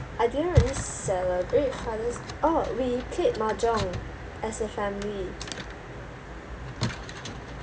I didn't really celebrate father's oh we played mahjong as a family